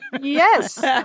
Yes